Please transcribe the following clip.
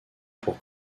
pour